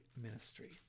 ministry